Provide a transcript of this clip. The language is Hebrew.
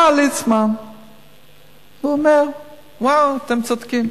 בא ליצמן ואומר: אוהו, אתם צודקים,